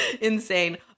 insane